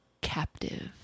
captive